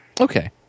Okay